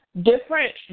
Different